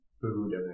Food